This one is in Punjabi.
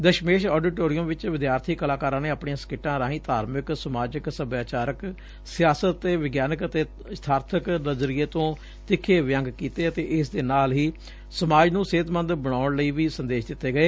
ਦਸਮੇਸ਼ ਆਡੀਟੋਰੀਅਮ ਵਿਚ ਵਿਦਿਆਰਥੀ ਕਲਾਕਾਰਾਂ ਨੇ ਆਪਣੀਆਂ ਸਕਿੱਟਾਂ ਰਾਹੀ ਧਾਰਮਿਕ ਸਮਾਜਿਕ ਸਭਿਆਚਾਰਕ ਸਿਆਸਤ ਤੇ ਵਿਗਿਆਨਕ ਅਤੇ ਯਬਾਰਥਕ ਨਜ਼ਰੀਏ ਤੋਂ ਤਿੱਖੇ ਵਿੰਗ ਕੀਤੇ ਅਤੇ ਇਸ ਦੇ ਨਾਲ ਹੀ ਸਮਾਜ ਨੰੰਸਿਹਤਮੰਦ ਬਣਾਉਣ ਲਈ ਵੀ ਸੰਦੇਸ਼ ਦਿੱਤੇ ਗਏ